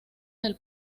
del